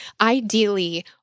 ideally